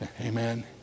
amen